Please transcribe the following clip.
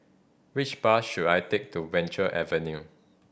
which bus should I take to Venture Avenue